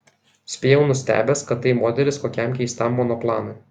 spėjau nustebęs kad tai modelis kokiam keistam monoplanui